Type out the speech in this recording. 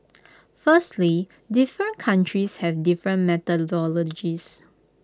firstly different countries have different methodologies